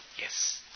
Yes